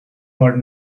were